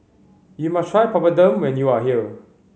you must try Papadum when you are here